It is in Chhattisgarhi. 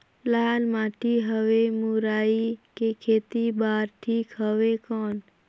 लाल माटी हवे मुरई के खेती बार ठीक हवे कौन?